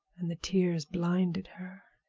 and the tears blinded her.